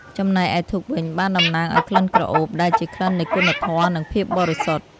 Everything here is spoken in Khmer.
ចំណែកឯធូបវិញបានតំណាងឲ្យក្លិនក្រអូប ដែលជាក្លិននៃគុណធម៌ និងភាពបរិសុទ្ធ។